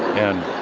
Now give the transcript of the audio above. and